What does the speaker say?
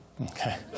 Okay